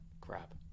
crap